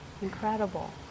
incredible